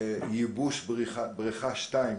ייבוש מאגר 2,